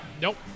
Nope